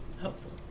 helpful